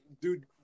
dude